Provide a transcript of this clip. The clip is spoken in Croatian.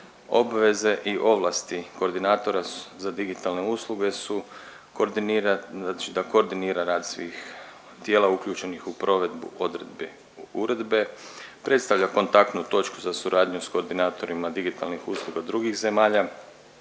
Obveze i ovlasti koordinatora za digitalne usluge su koordinira, koordinira rad svih tijela uključenih u provedu odredbi uredbe, predstavlja kontaktnu točku za suradnju koordinatorima digitalnih usluga drugih zemalja